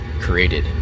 created